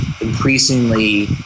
increasingly